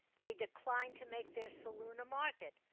they declined to make their saloon a market,